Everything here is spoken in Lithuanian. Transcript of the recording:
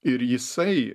ir jisai